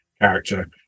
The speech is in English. character